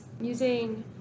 using